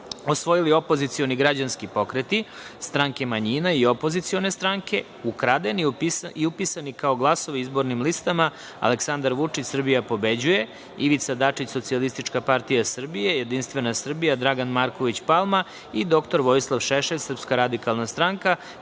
osvojili opozicioni građanski pokreti, stranke manjina i opozicione stranke ukradeni i upisani kao glasovi izbornim listama "Aleksandar Vučić - Srbija pobeđuje", "Ivica Dačić - Socijalistička partija Srbije, Jedinstvena Srbija - Dragan Marković Palma i dr Vojislav Šešelj - Srpska radikalna stranka",